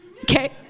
okay